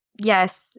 Yes